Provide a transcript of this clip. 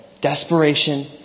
desperation